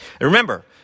Remember